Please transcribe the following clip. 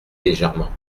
légèrement